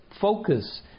focus